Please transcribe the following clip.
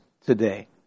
today